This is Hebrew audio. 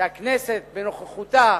שהכנסת בנוכחותה